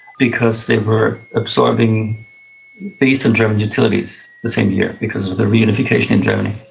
because they were absorbing the eastern german utilities the same year because of the reunification in germany.